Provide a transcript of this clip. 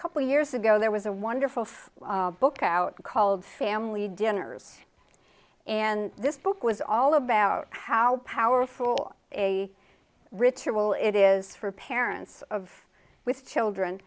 a couple years ago there was a wonderful book out called family dinners and this book was all about how powerful a ritual it is for parents of with children